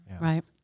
Right